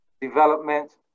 Development